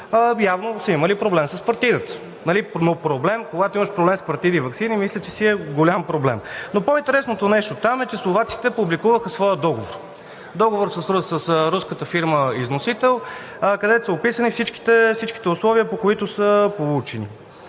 Явно си има проблем с партидата, но когато имаш проблем с партиди и ваксини, мисля, че си е голям проблем. По-интересно нещо там е, че словаците публикуваха своя договор – договор с руската фирма износител, където са описани всичките условия по които са получени.